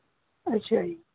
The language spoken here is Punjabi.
ਅੱਛਾ ਜੀ